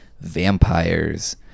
vampires